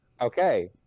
Okay